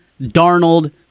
Darnold